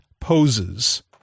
poses